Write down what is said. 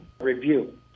review